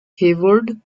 hayward